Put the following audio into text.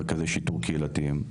מרכזי שיטור קהילתיים,